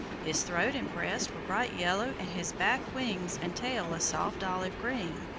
his throat and breast were bright yellow and his back wings and tail a soft olive-green.